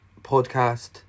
Podcast